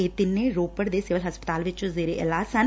ਇਹ ਤਿੰਨੇ ਰੋਪੜ ਦੇ ਸਿਵਲ ਹਸਪਤਾਲ ਵਿਚ ਜੇਰੇ ਇਲਾਜ ਸਨ